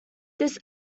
this